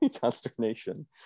consternation